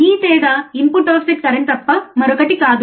ఈ తేడా input offset current తప్ప మరొకటి కాదు